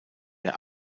der